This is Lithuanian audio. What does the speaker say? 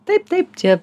taip taip čia